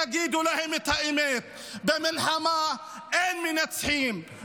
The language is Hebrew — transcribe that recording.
תגידו להם את האמת: במלחמה אין מנצחים.